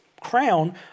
crown